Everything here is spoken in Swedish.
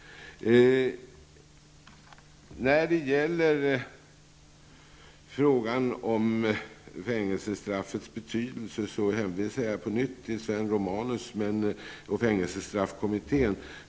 När det gäller frågan om fängelsestraffets betydelse hänvisar jag på nytt till Sven Romanus och fängelsestraffkommittén.